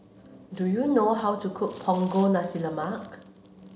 do you know how to cook Punggol Nasi Lemak